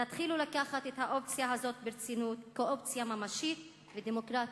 תתחילו לקחת את האופציה הזאת ברצינות כאופציה ממשית ודמוקרטית.